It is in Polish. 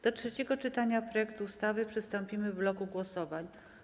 Do trzeciego czytania projektu ustawy przystąpimy w bloku głosowań.